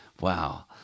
Wow